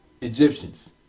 Egyptians